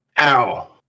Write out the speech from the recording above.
Ow